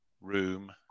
room